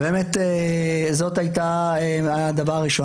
זה דבר ראשון.